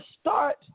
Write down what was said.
start